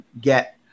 get